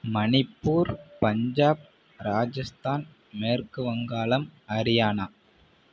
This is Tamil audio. மணிப்பூர் பஞ்சாப் ராஜஸ்தான் மேற்கு வங்காளம் ஹரியானா